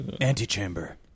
Antechamber